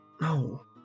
No